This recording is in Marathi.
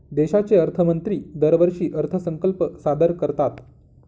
देशाचे अर्थमंत्री दरवर्षी अर्थसंकल्प सादर करतात